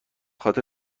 خاطر